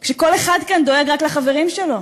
כשכל אחד כאן דואג רק לחברים שלו?